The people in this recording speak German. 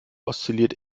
oszilliert